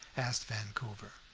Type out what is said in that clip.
asked vancouver.